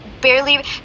barely